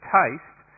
taste